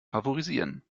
favorisieren